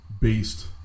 based